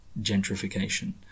gentrification